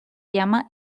llama